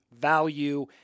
value